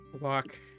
walk